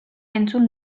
entzun